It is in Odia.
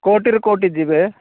କେଉଁଠି ରୁ କେଉଁଠି ଯିବେ